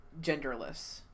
genderless